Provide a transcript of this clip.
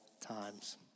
times